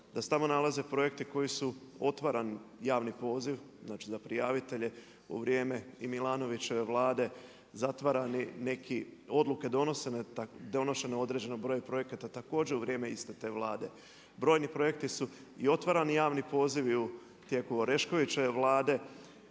da se tamo nalaze projekti koji su otvaran javni poziv, znači za prijavitelje u vrijeme i Milanovićeve Vlade, zatvarani neki, odluke donose, donošene na određenom broju projekata također u vrijeme iste te Vlade. Brojni projekti su i otvarani javni pozivi u tijeku Oreškovićeve vlade.